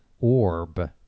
orb